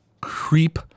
creep